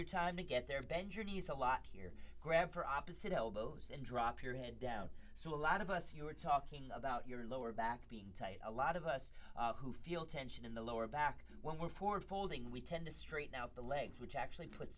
your time to get there bend your knees a lot here grab for opposite elbows and drop your head down so a lot of us you are talking about your lower back being tight a lot of us who feel tension in the lower back when we're for folding we tend to straighten out the legs which actually put